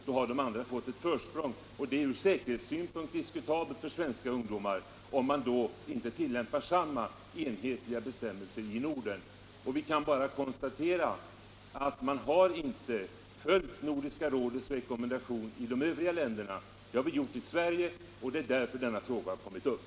Då har de andra fått ett försprång, och det är från säkerhetssynpunkt diskutabelt för de svenska ungdomarna, om man inte tillämpar enhetliga bestämmelser i Norden. Vi kan bara konstatera att man i de övriga nordiska länderna inte har följt Nordiska rådets rekommendation. Det har vi gjort i Sverige, och det är därför denna fråga har kommit upp.